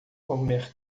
comer